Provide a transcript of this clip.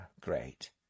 great